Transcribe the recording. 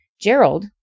Gerald